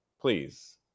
please